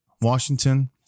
Washington